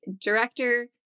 director